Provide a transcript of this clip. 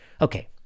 Okay